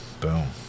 boom